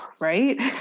right